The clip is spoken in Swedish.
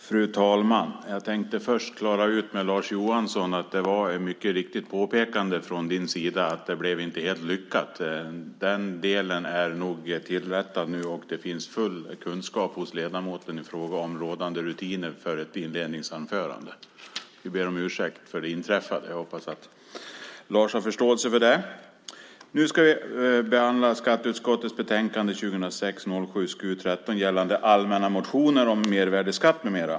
Fru talman! Jag tänkte först klara ut med Lars Johansson att påpekandet att det inte blev helt lyckat var riktigt. Detta är nu tillrättat, och det finns full kunskap hos ledamoten i fråga om rådande rutiner för ett inledningsanförande. Vi ber om ursäkt för det inträffade och hoppas att Lars har förståelse för det. Nu ska vi behandla skatteutskottets betänkande 2006/07:SkU13 gällande allmänna motioner om mervärdesskatt med mera.